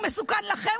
הוא מסוכן לכם,